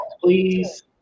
please